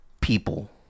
People